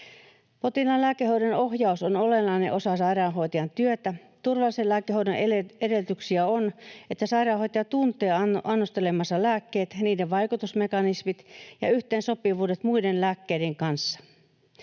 Potilaan lääkehoidon ohjaus on olennainen osa sairaanhoitajan työtä. Turvallisen lääkehoidon edellytyksiä on, että sairaanhoitaja tuntee annostelemansa lääkkeet, niiden vaikutusmekanismit ja yhteensopivuudet muiden lääkkeiden kanssa.